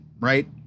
right